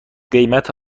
قیمت